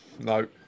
no